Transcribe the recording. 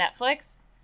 Netflix